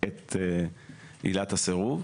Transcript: את עילת הסירוב.